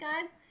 guides